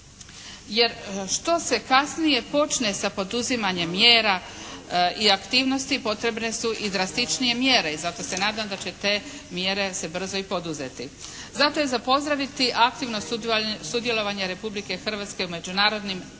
Jer što se kasnije počne sa poduzimanjem mjera i aktivnosti, potrebne su i drastičnije mjere i zato se nadam da će te mjere se brzo i poduzeti. Zato je za pozdraviti aktivno sudjelovanje Republike Hrvatske u međunarodnim naporima